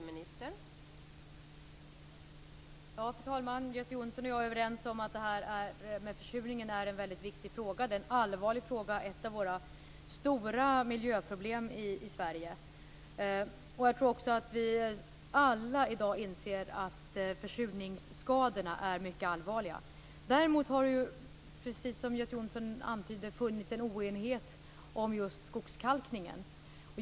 Fru talman! Göte Jonsson och jag är överens om att försurningen är en viktig fråga. Den är allvarlig, och försurningen är ett av våra stora miljöproblem i Sverige. Vi inser nog alla i dag att försurningsskadorna är mycket allvarliga. Däremot har det, precis som Göte Jonsson antydde, funnits en oenighet om skogskalkningen.